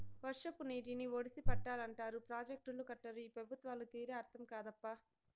వర్షపు నీటిని ఒడిసి పట్టాలంటారు ప్రాజెక్టులు కట్టరు ఈ పెబుత్వాల తీరే అర్థం కాదప్పా